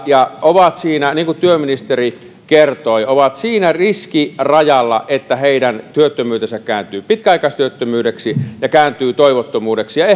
ja ovat niin kuin työministeri kertoi siinä riskirajalla että heidän työttömyytensä kääntyy pitkäaikaistyöttömyydeksi ja kääntyy toivottomuudeksi ja